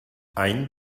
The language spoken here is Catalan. any